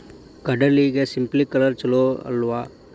ಕಡ್ಲಿಗೆ ಸ್ಪ್ರಿಂಕ್ಲರ್ ಛಲೋನೋ ಅಲ್ವೋ?